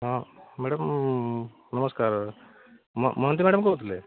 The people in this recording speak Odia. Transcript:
ହଁ ମ୍ୟାଡ଼ାମ୍ ନମସ୍କାର ମହାନ୍ତି ମ୍ୟାଡ଼ାମ୍ କହୁଥିଲେ